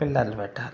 పిల్లర్లు పెట్టాలి